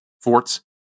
forts